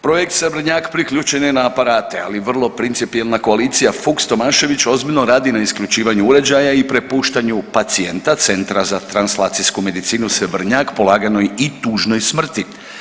Projekt Srebrnjak priključen je na aparate, ali vrlo principijelna koalicija Fuchs-Tomašević ozbiljno radi na isključivanju uređaja i prepuštanju pacijenta Centra za translacijsku medicinu Srebrnjak polaganoj i tužnoj smrti.